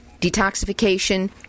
detoxification